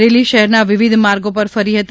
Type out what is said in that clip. rally શહેરના વિવિધ માર્ગો પર ફરી હતી